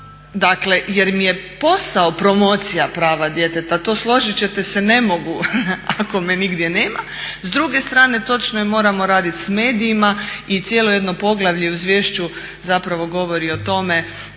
jer mi je posao promocija prava djeteta. To složit ćete se ne mogu ako me nigdje nema. S druge strane točno je, moramo raditi s medijima i cijelo jedno poglavlje u izvješću govori o tome